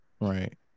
right